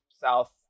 south